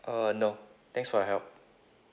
uh no thanks for your help